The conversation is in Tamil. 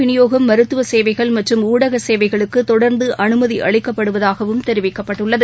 விநியோகம் பால் மருத்துவசேவைகள் மற்றம் ஊடகசேவைகளுக்குதொடர்ந்துஅனுமதிஅளிக்கப்படுவதாகவும் தெரிவிக்கப்பட்டுள்ளது